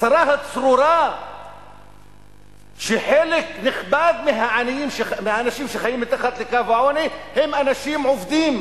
הצרה הצרורה שחלק נכבד מהאנשים שחיים מתחת לקו העוני הם אנשים עובדים,